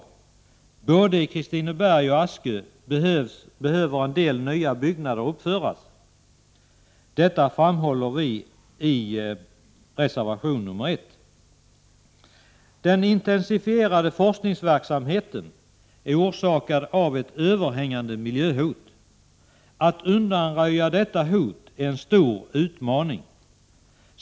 I både Kristineberg och Askö behöver en del nya byggnader uppföras. Detta framhåller vi i reservation 1. Den intensifierade forskningsverksamheten är orsakad av ett överhängande miljöhot. Att undanröja detta hot är en stor utmaning.